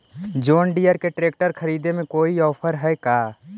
जोन Deere के tractor खरिदे में कोई औफर है का?